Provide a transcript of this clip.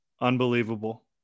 unbelievable